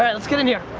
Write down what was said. yeah let's get in here.